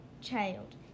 child